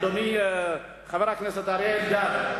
אדוני חבר הכנסת אריה אלדד,